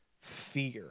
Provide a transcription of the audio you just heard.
fear